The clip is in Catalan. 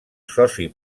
soci